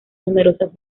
numerosas